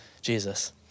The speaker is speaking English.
Jesus